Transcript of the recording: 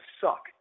suck